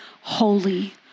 holy